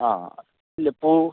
ആ ഇല്ല പൂ